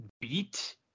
beat